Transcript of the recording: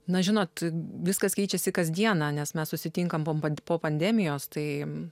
na žinot viskas keičiasi kas dieną nes mes susitinkame bent po pandemijos tai